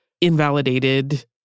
invalidated